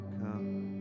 come